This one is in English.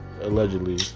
allegedly